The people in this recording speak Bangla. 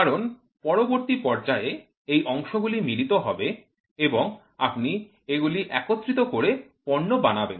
কারণ পরবর্তী পর্যায়ে এই অংশগুলি মিলিত হবে এবং আপনি এগুলি একত্রিত করে পণ্য পাবেন